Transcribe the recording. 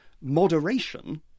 moderation